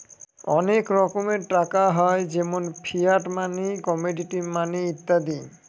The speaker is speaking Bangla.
অনেক রকমের টাকা হয় যেমন ফিয়াট মানি, কমোডিটি মানি ইত্যাদি